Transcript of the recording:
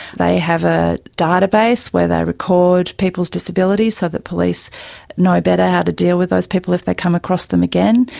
they have a database where they record people's disabilities so that police know better how to deal with those people if they come across them again,